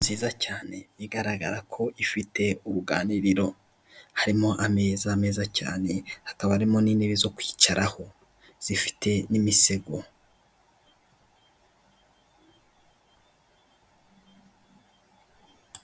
Inzu nziza cyane igaragara ko ifite ubuganiriro. Harimo ameza meza cyane hakaba harimo n'inebe zo kwicaraho zifite n'imisego.